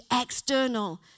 external